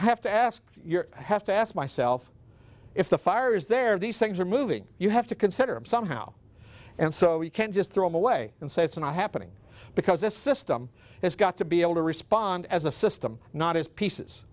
i have to ask your have to ask myself if the fire is there these things are moving you have to consider somehow and so we can't just throw them away and say it's not happening because this system has got to be able to respond as a system not as pieces